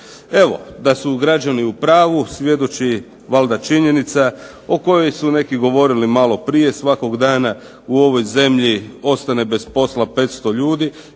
Evo, da su građani u pravu svjedoči činjenica o kojoj su neki govorili malo prije. Svakog dana u ovoj zemlji ostane bez posla 500 ljudi.